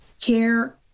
care